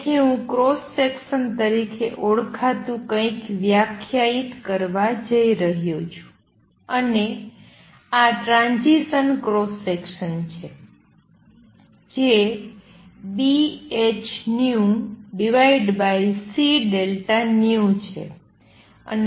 તેથી હું cross section તરીકે ઓળખાતુ કંઈક વ્યાખ્યાયિત કરવા જઈ રહ્યો છું અને આ ટ્રાંઝીસન ક્રોસ સેક્શન છે જે BhνcΔν છે